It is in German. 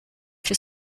für